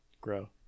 grow